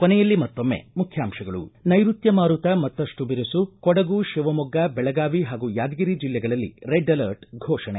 ಕೊನೆಯಲ್ಲಿ ಮತ್ತೊಮ್ಮೆ ಮುಖ್ಯಾಂಶಗಳು ನೈರುತ್ಯ ಮಾರುತ ಮತ್ತಷ್ಟು ಬಿರುಸು ಕೊಡಗು ಶಿವಮೊಗ್ಗ ಬೆಳಗಾವಿ ಹಾಗೂ ಯಾದಗಿರಿ ಜಿಲ್ಲೆಗಳಲ್ಲಿ ರೆಡ್ ಅಲರ್ಟ್ ಘೋಷಣೆ